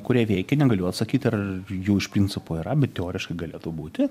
kurie veikia negaliu atsakyt ar jų iš principo yra bet teoriškai galėtų būti